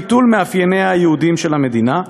ביטול מאפייניה היהודיים של המדינה.